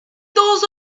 those